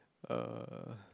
uh